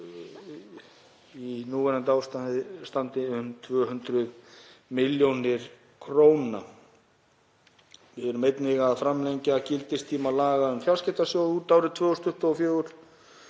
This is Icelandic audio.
í núverandi ástandi um 200 millj. kr. Við erum einnig að framlengja gildistíma laga um fjarskiptasjóð út árið 2024